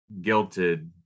guilted